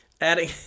Adding